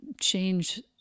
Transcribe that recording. change